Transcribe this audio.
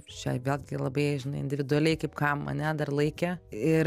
čia vėlgi labai žinai individualiai kaip kam ane dar laikė ir